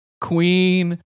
Queen